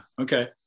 Okay